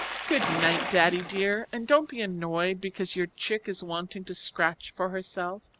good night, daddy dear, and don't be annoyed because your chick is wanting to scratch for herself.